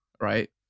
right